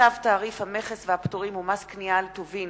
צו תעריף המכס והפטורים ומס קנייה על טובין